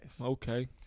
Okay